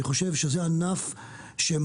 אני חושב שזה ענף שמשכיל,